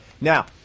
Now